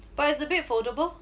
but is the bed foldable